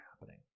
happening